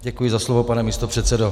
Děkuji za slovo, pane místopředsedo.